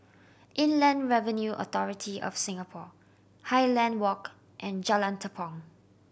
Inland Revenue Authority of Singapore Highland Walk and Jalan Tepong